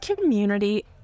community